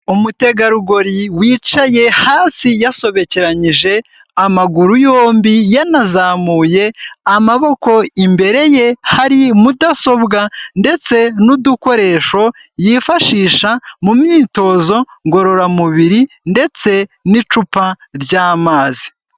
Umutegarugori wicaye hasi yasobekeranyije amaguru yombi, yanazamuye amaboko. Imbere ye hari mudasobwa ndetse n'udukoresho yifashisha mu myitozo ngororamubiri, ndetse n'icupa ry'amazi.